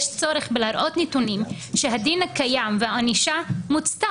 יש צורך בלהראות נתונים שהדין הקיים והענישה מוצו.